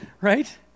right